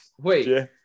Wait